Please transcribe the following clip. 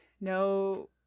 no